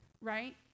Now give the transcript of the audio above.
right